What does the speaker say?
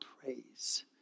praise